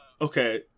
Okay